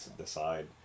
decide